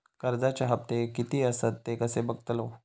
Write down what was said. कर्जच्या हप्ते किती आसत ते कसे बगतलव?